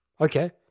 Okay